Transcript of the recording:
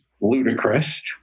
ludicrous